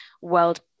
world